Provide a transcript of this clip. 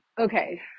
okay